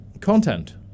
content